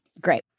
great